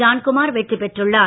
ஜான்குமார் வெற்றி பெற்றுள்ளார்